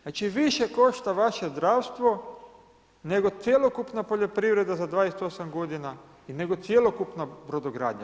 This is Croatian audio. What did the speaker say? Znači više košta vaše zdravstvo, nego cjelokupna poljoprivreda za 28 g. nego cjelokupna brodogradnja.